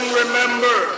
remember